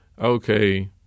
okay